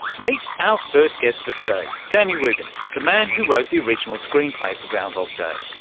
meet our first guest for today, danny rubin, the man who wrote the original screenplay for groundhog day,